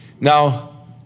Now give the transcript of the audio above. Now